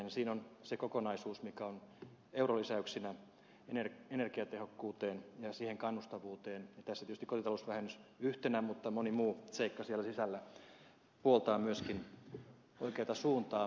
siinä on se kokonaisuus mikä on eurolisäyksinä energiatehokkuuteen ja siihen kannustavuuteen ja tässä tietysti kotitalousvähennys yhtenä mutta moni muu seikka siellä sisällä puoltaa myöskin oikeata suuntaa